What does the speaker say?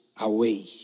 away